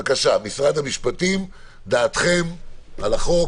בבקשה, משרד המשפטים, דעתכם על החוק.